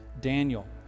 Daniel